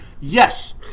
Yes